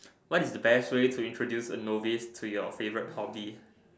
what is the best way to introduce a novice to your favorite hobby